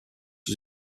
was